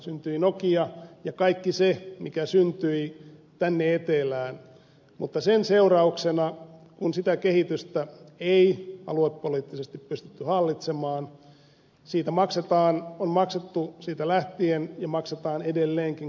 syntyi nokia ja kaikki se mikä syntyi tänne etelään mutta sen seurauksena kun sitä kehitystä ei aluepoliittisesti pystytty hallitsemaan siitä maksetaan on maksettu siitä lähtien ja maksetaan edelleenkin kallista hintaa